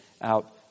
out